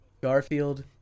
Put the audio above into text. Garfield